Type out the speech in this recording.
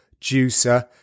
juicer